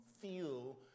feel